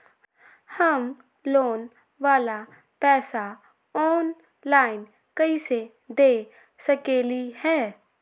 हम लोन वाला पैसा ऑनलाइन कईसे दे सकेलि ह?